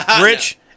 Rich